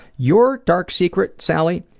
your dark secret, sally,